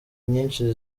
nyinshi